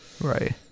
Right